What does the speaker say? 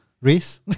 race